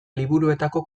liburuetako